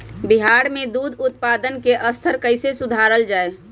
बिहार में दूध उत्पादन के स्तर कइसे सुधारल जाय